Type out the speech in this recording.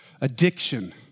addiction